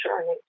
journey